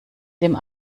dem